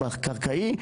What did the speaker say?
הם בקרקעי,